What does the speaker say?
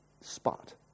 spot